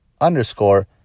underscore